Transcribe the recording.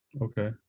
Okay